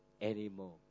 anymore